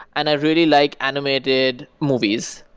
and i really like animated movies.